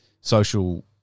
social